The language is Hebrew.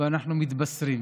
אנחנו מתבשרים.